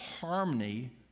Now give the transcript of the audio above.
harmony